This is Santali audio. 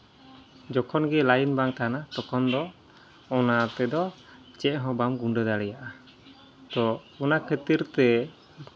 ᱡᱚᱠᱷᱚᱱ ᱜᱮ ᱞᱟᱭᱤᱱ ᱵᱟᱝ ᱛᱟᱦᱮᱱᱟ ᱛᱚᱠᱷᱚᱱ ᱫᱚ ᱚᱱᱟ ᱛᱮᱫᱚ ᱪᱮᱫ ᱦᱚᱸ ᱵᱟᱢ ᱜᱩᱰᱟᱹ ᱫᱟᱲᱮᱭᱟᱜᱼᱟ ᱛᱚ ᱚᱱᱟ ᱠᱷᱟᱹᱛᱤᱨ ᱛᱮ